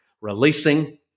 releasing